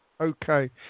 Okay